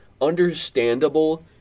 understandable